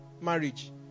marriage